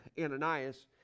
Ananias